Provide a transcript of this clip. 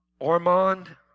Ormond